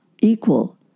equal